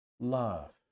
love